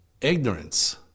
Ignorance